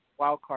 Wildcard